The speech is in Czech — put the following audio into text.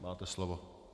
Máte slovo.